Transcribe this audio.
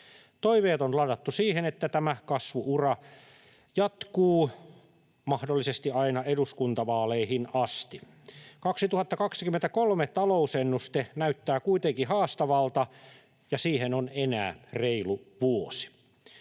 Toiveet on ladattu siihen, että tämä kasvu-ura jatkuu mahdollisesti aina eduskuntavaaleihin asti. Vuoden 2023 talousennuste näyttää kuitenkin haastavalta, ja siihen on enää reilu vuosi.